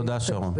תודה, שרון.